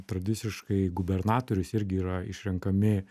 tradiciškai gubernatoriais irgi yra išrenkami